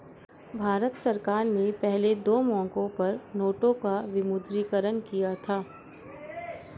भारत सरकार ने पहले दो मौकों पर नोटों का विमुद्रीकरण किया था